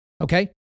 Okay